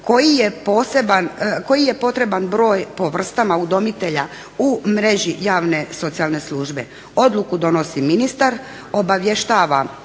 koji je potreban broj po vrstama udomitelja u mreži javne socijalne službe. Odluku donosi ministar, obavještava